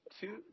two